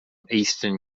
eastern